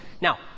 Now